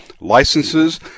licenses